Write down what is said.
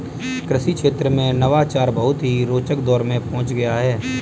कृषि क्षेत्र में नवाचार बहुत ही रोचक दौर में पहुंच गया है